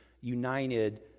united